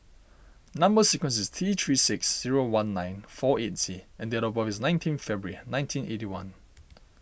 Number Sequence is T three six zero one nine four eight Z and date of birth is nineteen February nineteen eighty one